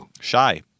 shy